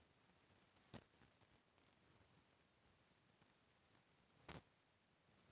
अगर कोई बीज ह गलत माटी म लग जाथे त का नुकसान होथे?